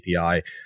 API